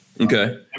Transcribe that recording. Okay